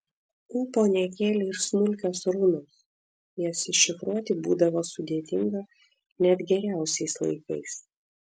ūpo nekėlė ir smulkios runos jas iššifruoti būdavo sudėtinga net geriausiais laikais